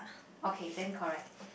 okay then correct